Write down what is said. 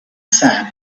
sand